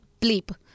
bleep